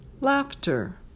laughter